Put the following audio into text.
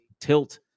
tilt